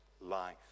life